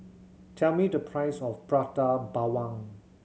tell me the price of Prata Bawang